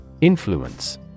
Influence